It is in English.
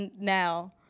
now